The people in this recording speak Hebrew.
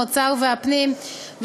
האוצר והפנים,